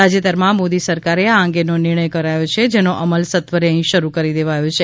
તાજેતરમાં મોદી સરકારે આ અંગેનો નિર્ણય કરાયો છે જેનો અમલ સત્વરે અહી શરૂ કરી દેવાયો છે